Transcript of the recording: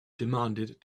demanded